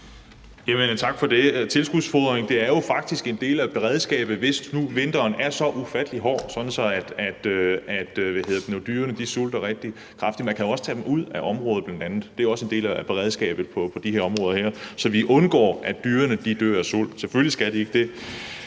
Tak for det. Tilskudsfodring er jo faktisk en del af beredskabet, hvis nu vinteren er så ufattelig hård, at dyrene sulter rigtig kraftigt. Man kan jo bl.a. også tage dem ud af området – det er jo også en del af beredskabet på de områder her – så vi undgår, at dyrene dør af sult. Selvfølgelig skal de ikke det.